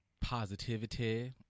Positivity